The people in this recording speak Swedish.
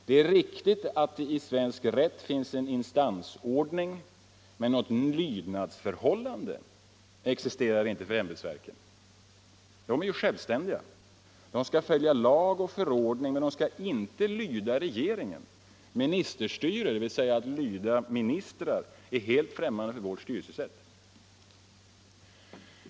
Det är riktigt att det i svensk rätt finns en instansordning, men något lydnadsförhållande existerar inte för ämbetsverken. De är självständiga. De skall följa lag och förordning, men de skall inte lyda regeringen. Ministerstyre — att lyda ministrar — är helt främmande för vårt styrelsesätt.